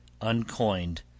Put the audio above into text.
uncoined